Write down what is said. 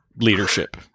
Leadership